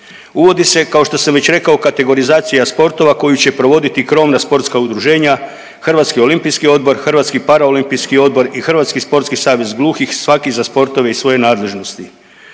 Uvodi se kao što sam već rekao kategorizacija sportova koju će provoditi krovna sportska udruženja Hrvatski olimpijski odbor, Hrvatski paraolimpijski odbor i Hrvatski sportskih savez gluhih svaki za sportove iz svoje nadležnosti.